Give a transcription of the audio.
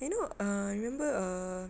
you know uh remember ah